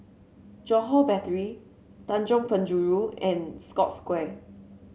Johore Battery Tanjong Penjuru and Scotts Square